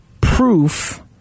proof